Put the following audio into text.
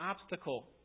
obstacle